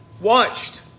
watched